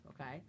Okay